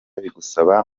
bigusaba